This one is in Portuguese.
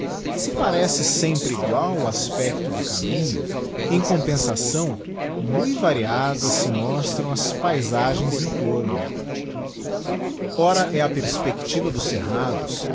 se parece sempre igual o aspecto do caminho em compensação mui variadas se mostram as paizagens em torno ora é a perspectiva dos cerrados